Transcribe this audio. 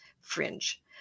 Fringe